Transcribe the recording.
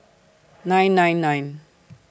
nine nine nine